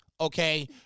Okay